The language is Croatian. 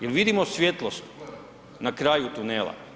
Jel vidimo svjetlost na kraju tunela?